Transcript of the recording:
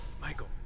Michael